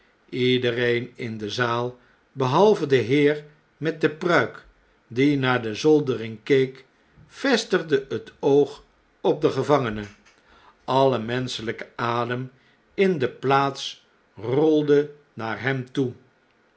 ledereen in de zaal behalve de heer met de pruik die naar de zoldering keek vestigde het oog op de gevangene alle menschelyke adem in de plaats rolde naar hem toe